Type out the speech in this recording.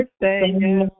birthday